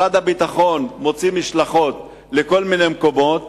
משרד הביטחון מוציא משלחות לכל מיני מקומות.